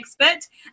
expert